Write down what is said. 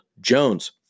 Jones